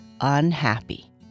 unhappy